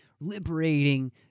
liberating